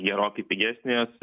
gerokai pigesnės